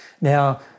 Now